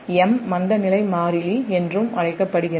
M மந்தநிலை மாறிலி என்றும் அழைக்கப்படுகிறது